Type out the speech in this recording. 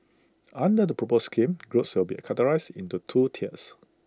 under the proposed scheme groups will be categorised into two tiers